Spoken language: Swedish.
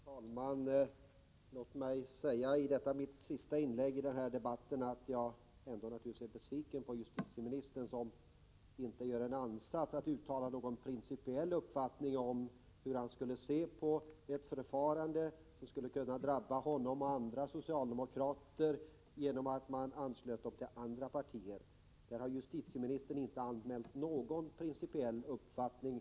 Herr talman! Låt mig säga, i detta mitt sista inlägg i denna debatt, att jag naturligtvis är besviken på justitieministern, som inte gör någon ansats till att uttala en principiell uppfattning: hur skall man se på ett förfarande som skulle kunna drabba honom och andra socialdemokrater genom att de anslöts till andra partier. I den frågan har justitieministern inte anmält någon principiell uppfattning.